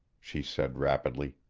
she said rapidly.